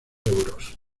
euros